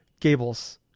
Gables